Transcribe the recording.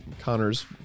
connor's